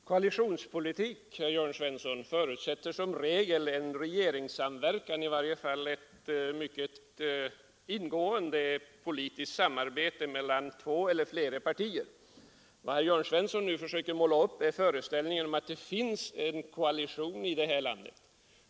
Herr talman! Koalitionspolitik, herr Jörn Svensson, förutsätter som regel en regeringssamverkan, i varje fall ett mycket ingående politiskt samarbete mellan två eller flera partier. Vad Jörn Svensson nu försöker måla upp är en föreställning om att det förekommer en koalition i det här landet.